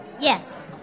Yes